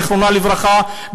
זיכרונה לברכה,